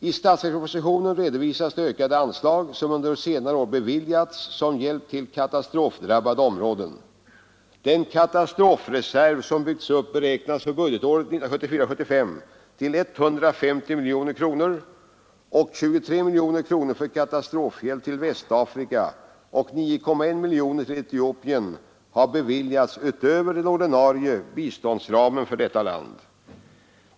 I statsverkspropositionen redovisas de ökade anslag som under senare år beviljats som hjälp till katastrofdrabbade områden. Den katastrofreserv som byggts upp beräknas för budgetåret 1974/75 till 150 miljoner kronor. 23 miljoner kronor har anslagits för katastrofhjälp till Västafrika och 9,1 miljoner kronor till Etiopien utöver den ordinarie biståndsramen för detta land.